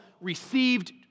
received